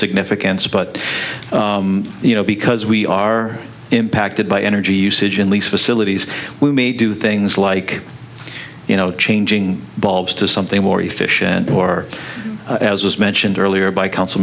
significance but you know because we are impacted by energy usage and lease facilities we may do things like you know changing bulbs to something more efficient or as was mentioned earlier by council